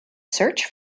search